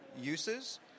uses